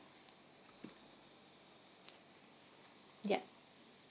ya